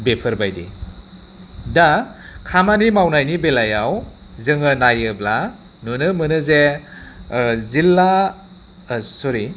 बेफोरबायदि दा खामानि मावनायनि बेलायाव जोङो नायोब्ला नुनो मोनो जे जिल्ला सरि